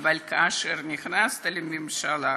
אבל כאשר נכנסת לממשלה,